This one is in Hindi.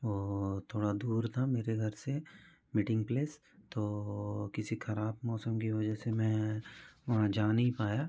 वो थोड़ा दूर था मेरे घर से मिटिंग प्लेस तो किसी ख़राब मौसम की वजह से मैं वहाँ जा नहीं पाया